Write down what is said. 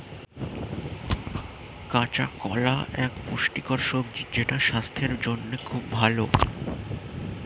কাঁচা কলা এক পুষ্টিকর সবজি যেটা স্বাস্থ্যের জন্যে খুব ভালো